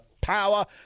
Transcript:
power